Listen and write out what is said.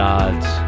God's